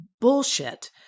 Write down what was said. bullshit